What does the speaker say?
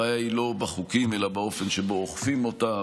הבעיה היא לא בחוקים אלא באופן שבו אוכפים אותם.